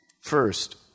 First